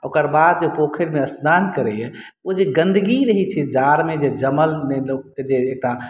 ओकर बाद जे पोखरिमे स्नान करैए ओ जे गन्दगी रहैत छै जे जाड़मे जे जमलमे जे लोकके जे एकटा